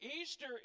Easter